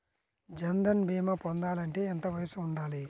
జన్ధన్ భీమా పొందాలి అంటే ఎంత వయసు ఉండాలి?